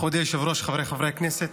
מכובדי היושב-ראש, חבריי חברי הכנסת,